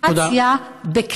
תודה רבה.